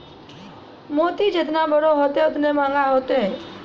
मोती जेतना बड़ो होतै, ओतने मंहगा होतै